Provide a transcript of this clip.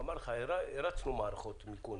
הרצנו מערכות מיכון.